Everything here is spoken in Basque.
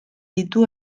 ditu